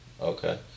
Okay